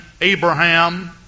Abraham